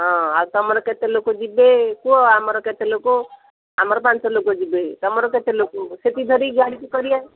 ହଁ ଆଉ ତୁମର କେତେ ଲୋକ ଯିବେ କୁହ ଆମର କେତେ ଲୋକ ଆମର ପାଞ୍ଚ ଲୋକ ଯିବେ ତୁମର କେତେ ଲୋକ ସେଠି ଧରି ଗାଡ଼ି କରିବା